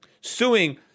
suing